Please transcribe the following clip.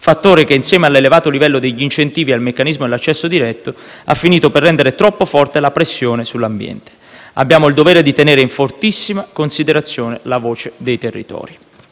fattore che, insieme all'elevato livello degli incentivi e al meccanismo dell'accesso diretto, ha finito per rendere troppo forte la pressione sull'ambiente. Abbiamo il dovere di tenere in fortissima considerazione la voce dei territori.